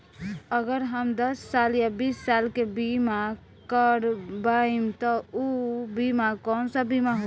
अगर हम दस साल या बिस साल के बिमा करबइम त ऊ बिमा कौन सा बिमा होई?